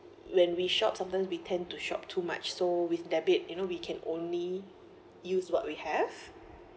when we shop sometimes we tend to shop too much so with debit you know we can only use what we have